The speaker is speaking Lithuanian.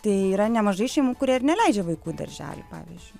tai yra nemažai šeimų kurie ir neleidžia vaikų į darželį pavyzdžiui